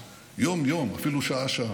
יום-יום, אפילו שעה-שעה.